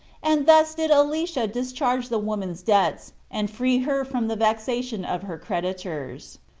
and thus did elisha discharge the woman's debts, and free her from the vexation of her creditors.